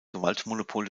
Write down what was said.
gewaltmonopol